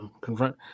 confront